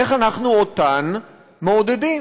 איך אנחנו אותן מעודדים?